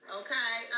okay